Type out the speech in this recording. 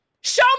Show